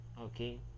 Okay